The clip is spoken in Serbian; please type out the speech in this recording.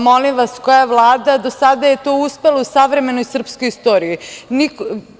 Molim vas, koja Vlada do sada je to uspela u savremenoj srpskoj istoriji.